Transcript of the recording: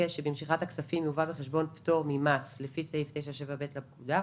שביקש שבמשיכת הכספים יובא בחשבון פטור ממס לפי סעיף 9(7ב) לפקודה,